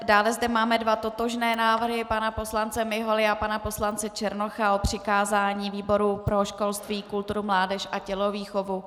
Dále zde máme dva totožné návrhy pana poslance Miholy a pana poslance Černocha o přikázání výboru pro školství, kulturu, mládež a tělovýchovu.